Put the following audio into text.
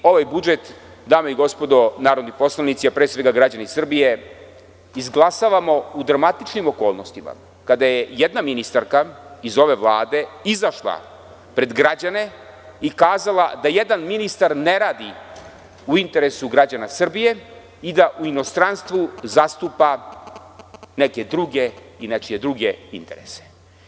Dame i gospodo narodni poslanici, a pre svega građani Srbije, ovaj budžet izglasavamo u dramatičnim okolnostima, kada je jedna ministarka iz ove Vlade izašla pred građane i kazala da jedan ministar ne radi u interesu građana Srbije i da u inostranstvu zastupa neke druge i nečije druge interese.